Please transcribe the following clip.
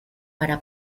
para